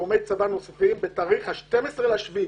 מנכ"ל משרד הביטחון וגורמי צבא נוספים בתאריך ה-12 ביולי.